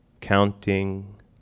counting